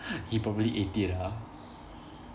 he probably ate it ah